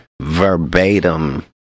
verbatim